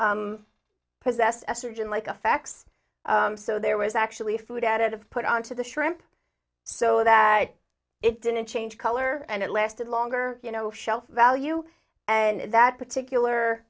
possessed estrogen like a fax so there was actually a food additive put on to the shrimp so that it didn't change color and it lasted longer you know shelf value and that particular